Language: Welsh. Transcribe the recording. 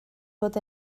bod